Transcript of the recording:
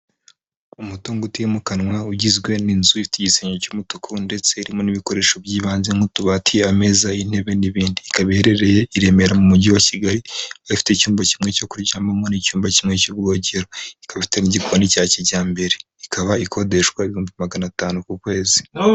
Umutungo utimukanwa ugizwe n'inzu ifite igisenge cy'umutuku ndetse harimo n'ibikoresho by'ibanze nk'utubati, ameza, intebe n'ibindi, ikaba iherereye i Remera mu mujyi wa Kigali, ikaba ifite icyumba kimwe cyo kuryamamo n'icyuyumba kimwe cy'ubwogero, ikaba ifite n'igikoni cya kijyambere, ikaba ikodeshwa ibihumbi magana atanu ku kwezi.